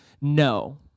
no